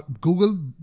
Google